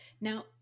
Now